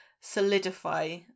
solidify